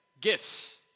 Gifts